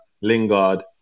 Lingard